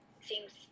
Seems